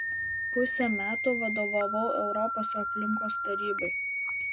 pusę metų vadovavau europos aplinkos tarybai